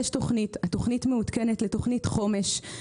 יש תוכנית והיא מעודכנת לתוכנית חומש.